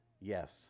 Yes